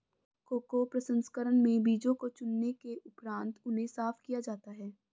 cocoa प्रसंस्करण में बीजों को चुनने के उपरांत उन्हें साफ किया जाता है